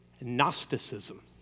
Gnosticism